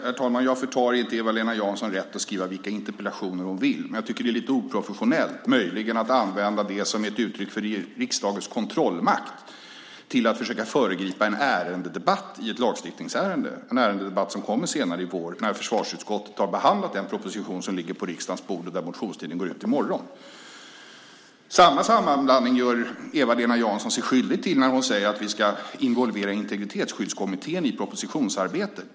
Herr talman! Jag tar inte ifrån Eva-Lena Jansson rätten att skriva vilka interpellationer hon vill. Men jag tycker möjligen att det är lite oprofessionellt att använda det som ett uttryck för riksdagens kontrollmakt till att försöka föregripa en ärendedebatt i ett lagstiftningsärende, en ärendedebatt som kommer senare i vår när försvarsutskottet har behandlat den proposition som ligger på riksdagens bord och där motionstiden går ut i morgon. Samma sammanblandning gör Eva-Lena Jansson sig skyldig till när hon säger att vi ska involvera Integritetsskyddskommittén i propositionsarbetet.